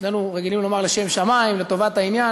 אצלנו רגילים לומר "לשם שמים" לטובת העניין,